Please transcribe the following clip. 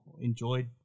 enjoyed